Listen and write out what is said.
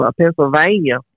Pennsylvania